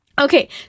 Okay